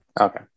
Okay